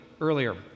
Earlier